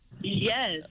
Yes